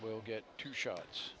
we'll get two shots